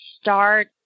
start